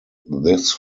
this